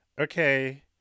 Okay